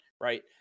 Right